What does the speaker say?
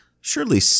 surely